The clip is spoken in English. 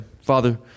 Father